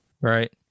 right